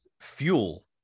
fuel